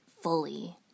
fully